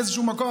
באיזשהו מקום,